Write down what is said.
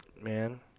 man